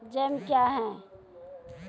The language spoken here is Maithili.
जैम क्या हैं?